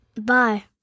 bye